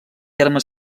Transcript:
terme